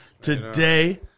Today